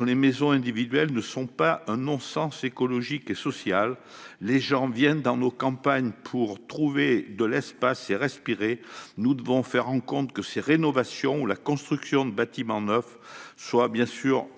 Non, les maisons individuelles ne sont pas un non-sens écologique et social ! Les gens viennent dans nos campagnes pour trouver de l'espace et respirer. Nous devons faire en sorte que les rénovations ou la construction de bâtiments neufs soient en